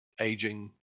aging